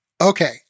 okay